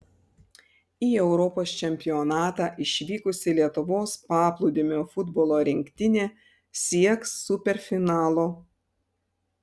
į europos čempionatą išvykusi lietuvos paplūdimio futbolo rinktinė sieks superfinalo